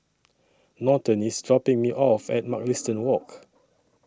Norton IS dropping Me off At Mugliston Walk